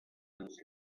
annonce